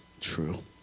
true